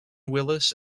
willys